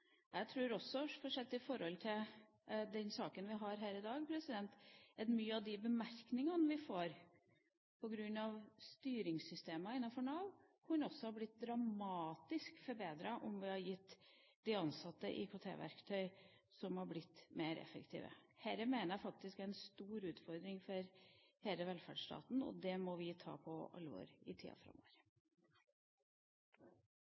Jeg tror også, sett i forhold til den saken vi har her i dag, at mange av de bemerkningene vi får på grunn av styringssystemene i Nav, også kunne ha blitt dramatisk forbedret om vi hadde gitt de ansatte IKT-verktøy, slik at de hadde blitt mer effektive. Dette mener jeg faktisk er en stor utfordring for denne velferdsstaten, og det må vi ta på alvor i tida framover.